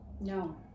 No